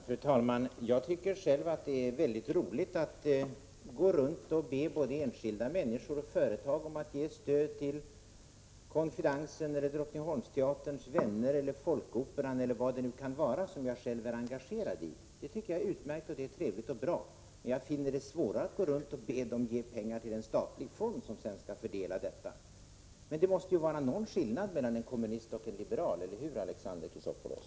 Fru talman! Jag tycker själv att det är mycket trevligt och bra att gå runt och be både enskilda människor och företag om att ge stöd till Confidencen, till Drottningholmsteaterns vänner, till Folkoperan eller vad det nu kan vara som jag själv är engagerad i. Men jag finner det svårare att gå runt och be dem ge pengar till en statlig fond, som sedan skall fördela medlen. Men det måste ju vara någon skillnad mellan en kommunist och en liberal, eller hur, Alexander Chrisopoulos?